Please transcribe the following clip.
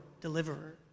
deliverer